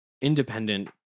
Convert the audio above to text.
independent